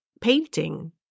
painting